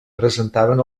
presentaven